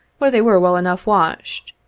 where they were well enough washed,